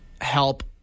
help